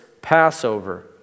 Passover